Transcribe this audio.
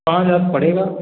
पाँच हज़ार पड़ेगा